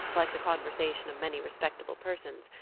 like the conversation of many respectable persons,